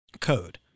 code